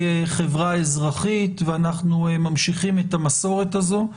חברה אזרחית ואנחנו ממשיכים את המסורת הזו.